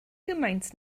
gymaint